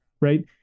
right